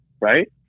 Right